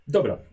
Dobra